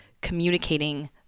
communicating